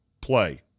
play